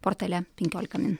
portale penkiolika min